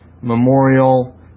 Memorial